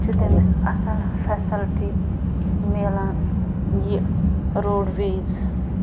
چھُ تٔمِس اَصٕل فٮ۪سَلٹی میلان یہِ روڈ ویز